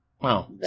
Wow